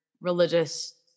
religious